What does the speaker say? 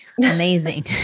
Amazing